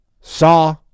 saw